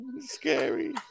Scary